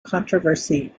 controversy